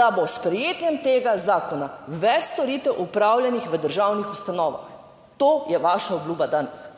da bo s sprejetjem tega zakona več storitev opravljenih v državnih ustanovah. To je vaša obljuba danes.